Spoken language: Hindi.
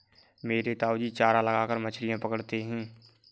मेरे ताऊजी चारा लगाकर मछलियां पकड़ते हैं